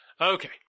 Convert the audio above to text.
Okay